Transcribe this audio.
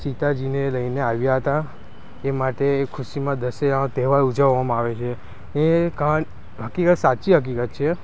સીતાજીને લઈને આવ્યા હતા એ માટે એ ખુશીમાં દશેરામાં તહેવાર ઉજવવામાં આવે છે એ હકીકત સાચી હકીકત છે